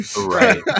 right